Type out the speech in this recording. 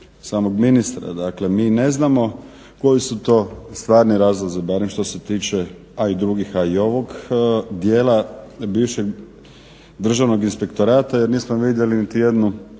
samog ministra. Dakle, mi ne znamo koji su to stvarni razlozi, barem što se tiče i drugih a i ovog dijela bivšeg Državnog inspektorata jer nismo vidjeli nitijednu